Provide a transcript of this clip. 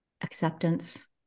acceptance